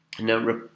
Now